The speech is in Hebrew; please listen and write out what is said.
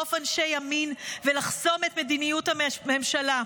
לרדוף אנשי ימין ולחסום את מדיניות הממשלה.